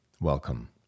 welcome